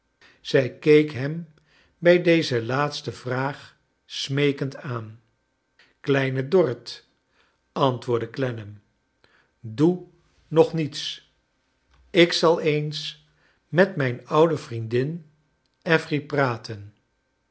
zij keek hem bij deze laatste vraag smeekend aan kleine dorrit antwoordde clennam doe nog niets ik zal eens met mijn oude vriendin affery praten